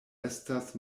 estas